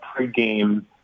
pregame